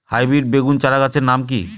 Hybrid বেগুন চারাগাছের নাম কি?